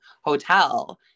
hotel